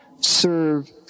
serve